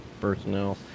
personnel